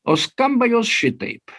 o skamba jos šitaip